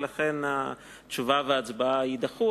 ולכן התשובה וההצבעה יידחו.